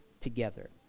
together